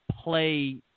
play